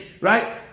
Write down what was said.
right